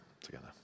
together